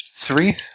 Three